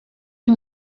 can